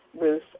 Ruth